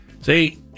See